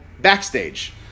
backstage